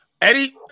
Eddie